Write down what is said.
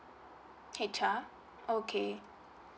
H_R okay